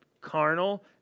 carnal